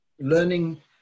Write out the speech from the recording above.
Learning